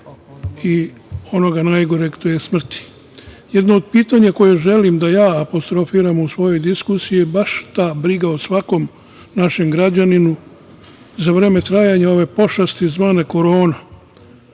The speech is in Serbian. i onoga najgoreg, a to je smrti. Jedno od pitanja koje želim da ja apostrofiram u svojoj diskusiji je baš ta briga o svakom našem građaninu za vreme trajanja ove pošasti zvane korona.